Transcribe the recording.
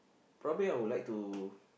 probably I would like to